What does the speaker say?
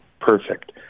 perfect